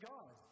God